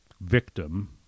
victim